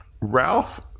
Ralph